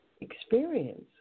experience